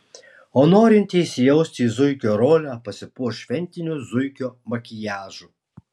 o norintieji įsijausti į zuikio rolę pasipuoš šventiniu zuikio makiažu